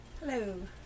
Hello